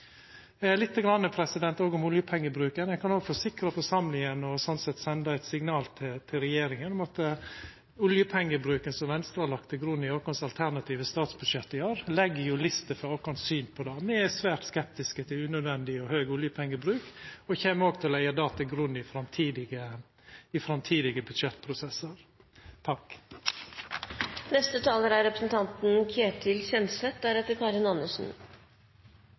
om oljepengebruken. Eg kan òg forsikra forsamlinga, og slik sett senda eit signal til regjeringa, om at oljepengebruken som Venstre har lagt til grunn i vårt alternative statsbudsjett i år, legg lista for vårt syn på dette. Me er svært skeptiske til unødvendig og høg oljepengebruk, og kjem òg til å leggja det til grunn i framtidige